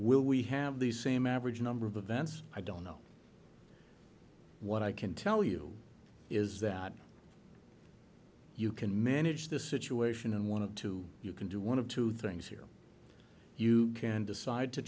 will we have the same average number of events i don't know what i can tell you is that you can manage this situation and one of two you can do one of two things here you can decide to